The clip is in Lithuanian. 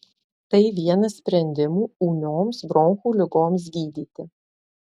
tai vienas sprendimų ūmioms bronchų ligoms gydyti